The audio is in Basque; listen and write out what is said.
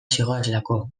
zihoazelako